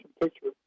picture